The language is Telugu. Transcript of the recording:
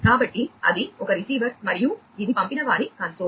కాబట్టి అది ఒక రిసీవర్ మరియు ఇది పంపినవారి కన్సోల్